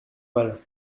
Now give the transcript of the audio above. mal